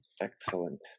Excellent